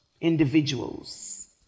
individuals